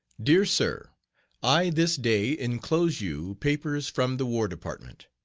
dear sir i this day inclose you papers from the war department.